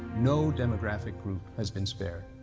no demographic group has been spared.